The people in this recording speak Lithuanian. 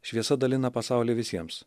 šviesa dalina pasaulį visiems